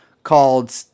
called